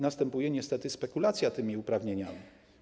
Następuje niestety spekulacja tymi uprawnieniami.